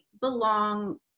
belong